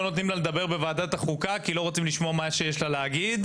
לא נותנים לה לדבר בוועדת החוקה כי לא רוצים לשמוע מה שיש לה להגיד,